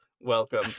Welcome